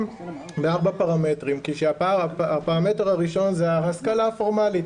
בארבעה פרמטרים כשהפרמטר הראשון זה ההשכלה הפורמלית.